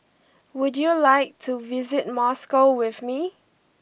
would you like to visit Moscow with me